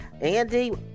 Andy